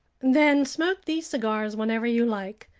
then smoke these cigars whenever you like,